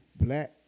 Black